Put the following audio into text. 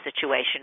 situation